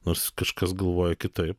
nors kažkas galvoja kitaip